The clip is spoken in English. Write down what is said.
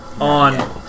on